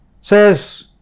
Says